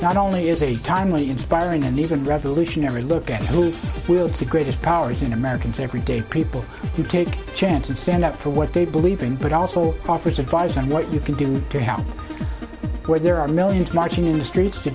not only is a timely inspiring and even revolutionary look at who wields the greatest powers in americans every day people who take a chance and stand up for what they believe in but also offers advice on what you can do to help where there are millions marching in the streets to